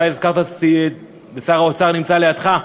הזכרת, ושר האוצר נמצא לידך,